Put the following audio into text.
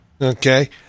Okay